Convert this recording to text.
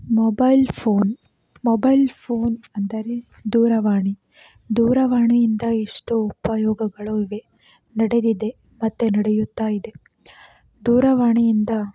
mobile phone mobile phone ಅಂದರೆ ದೂರವಾಣಿ ದೂರವಾಣಿಯಿಂದ ಎಷ್ಟೋ ಉಪಯೋಗಗಳು ಇವೆ ನಡೆದಿದೆ ಮತ್ತು ನಡೆಯುತ್ತಾ ಇದೆ ದೂರವಾಣಿಯಿಂದ